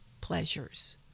pleasures